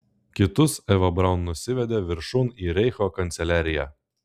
kitus eva braun nusivedė viršun į reicho kanceliariją